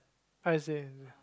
I say